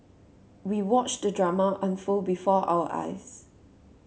we watched the drama unfold before our eyes